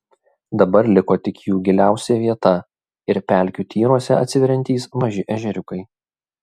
dabar liko tik jų giliausia vieta ir pelkių tyruose atsiveriantys maži ežeriukai